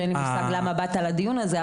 שאין לי מושג למה באת לדיון הזה,